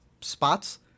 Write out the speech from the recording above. spots